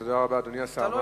תודה רבה, אדוני השר.